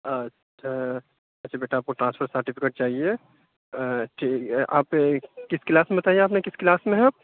اچھا اچھا بیٹا آپ کو ٹرانفسر سرٹیفکیٹ چاہیے آ ٹھیک ہے آپ کس کلاس میں بتایا آپ نے کس کلاس میں ہیں آپ